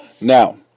Now